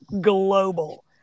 global